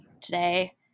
today